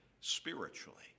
spiritually